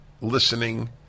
listening